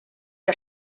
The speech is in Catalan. que